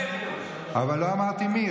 אבל לא אמרתי מי,